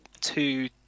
two